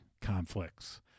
conflicts